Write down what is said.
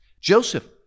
Joseph